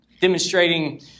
demonstrating